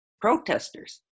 protesters